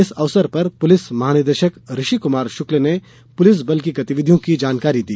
इस अवसर पर पुलिस महानिदेशक ऋषि कुमार शुक्ल ने पुलिस बल की गतिविधियों की जानकारी दी